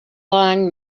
long